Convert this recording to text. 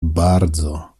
bardzo